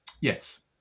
Yes